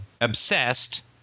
obsessed